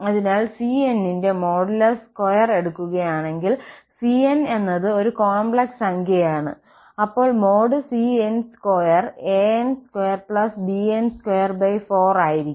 അതിനാൽ cn ന്റെ modulus square എടുക്കുകയാണെങ്കിൽ cn എന്നത് ഒരു കോംപ്ലക്സ് സംഖ്യയാണ് അപ്പോൾ |cn|2 an2bn24ആയിരിക്കും